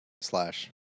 slash